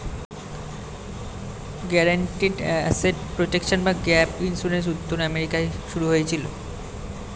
guaranteed asset protection বা gap insurance উত্তর আমেরিকায় শুরু হয়েছিল